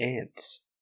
ants